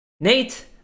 Nate